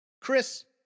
chris